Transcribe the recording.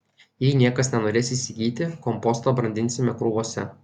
jei niekas nenorės įsigyti kompostą brandinsime krūvose